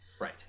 right